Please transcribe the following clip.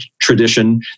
tradition